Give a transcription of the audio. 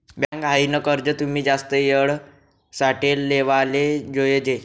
bank म्हाईन कर्ज तुमी जास्त येळ साठे लेवाले जोयजे